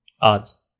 Odds